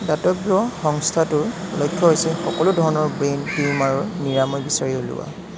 দাতব্য সংস্থাটোৰ লক্ষ্য হৈছে সকলো ধৰণৰ ব্ৰেইন টিউমাৰৰ নিৰাময় বিচাৰি উলিওৱা